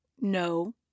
No